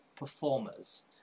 performers